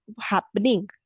happening